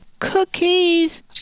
cookies